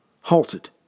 halted